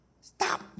Stop